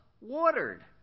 watered